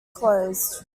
closed